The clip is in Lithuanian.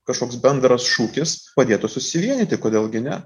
kažkoks bendras šūkis padėtų susivienyti kodėl gi ne